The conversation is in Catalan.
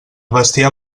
bestiar